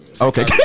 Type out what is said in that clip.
Okay